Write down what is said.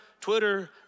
Twitter